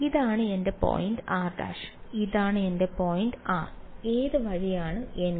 ഇതാണ് എന്റെ point r′ ഇതാണ് എന്റെ പോയിന്റ് r ഏത് വഴിയാണ് nˆ